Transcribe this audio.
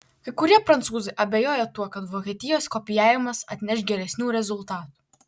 kai kurie prancūzai abejoja tuo kad vokietijos kopijavimas atneš geresnių rezultatų